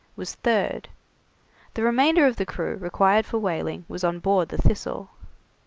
was third the remainder of the crew required for whaling was on board the thistle.